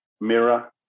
mirror